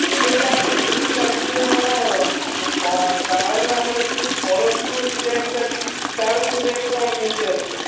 ଏବେ ସାର୍ ଏବେ ଯେଉଁ ଚାଲିଛି ଭାଇ ଆମର କାର୍ରେ ଆମର ଏବେ ଯେଉଁ ଫଳ ସବୁ ଡିଜାଇନ ଚାଲିଛି ତା ର ସବୁ ରେଟ୍ କଣ କେମିତି ଆସିବ